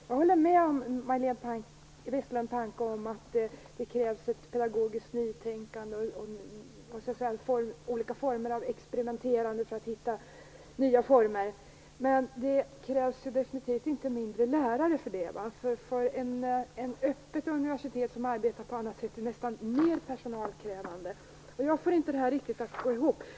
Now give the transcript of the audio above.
Jag håller med Majléne Westerlund Panke om att det krävs ett pedagogiskt nytänkande och olika slag av experimenterande för att hitta nya former, men vad som definitivt inte krävs är mindre lärare. Ett öppet universitet som arbetar på annat sätt är ju nästan mer personalkrävande. Jag får inte det här att gå ihop.